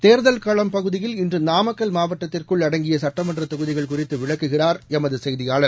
தேர்தல் களம் பகுதியில் இன்றுநாமக்கல் மாவட்டத்திற்குள் அடங்கியசுட்டமன்றதொகுதிகள் குறித்துவிளக்குகிறார் எமதுசெய்தியாளர்